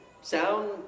sound